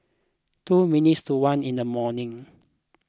two minutes to one in the morning